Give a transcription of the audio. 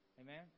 Amen